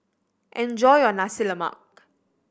enjoy your Nasi Lemak